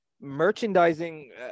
merchandising